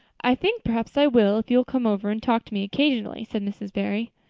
i think perhaps i will if you will come over and talk to me occasionally, said miss barry.